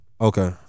Okay